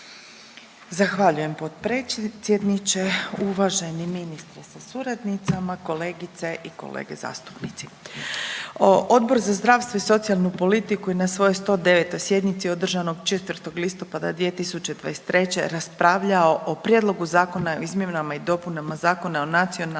Zahvaljujem potpredsjedniče. Uvaženi ministre sa suradnicama, kolegice i kolege zastupnici. Odbor za zdravstvo i socijalnu politiku je na svojoj 109. sjednici održanog 4. listopada 2023. raspravljao o prijedlogu zakona o Izmjenama i dopunama Zakona o nacionalnoj